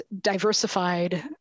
diversified